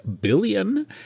billion